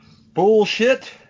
Bullshit